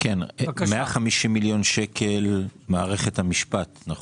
150 מיליון שקל מערכת המשפט - מה